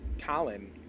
Colin